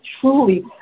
truly